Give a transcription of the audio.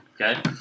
Okay